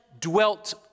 dwelt